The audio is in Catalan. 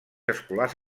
escolars